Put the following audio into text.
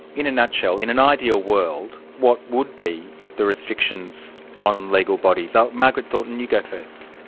in a nutshell, in an ideal world, what would be the restrictions on legal bodies. ah margaret thornton, you go first.